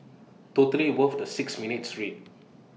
totally worth the six minutes read